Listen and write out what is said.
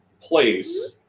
place